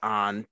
on